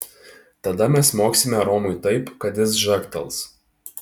tada mes smogsime romui taip kad jis žagtels